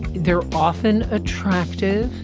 they're often attractive.